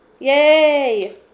Yay